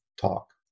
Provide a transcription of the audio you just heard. talk